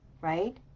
right